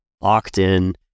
locked-in